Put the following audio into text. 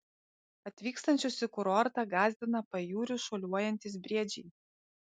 atvykstančius į kurortą gąsdina pajūriu šuoliuojantys briedžiai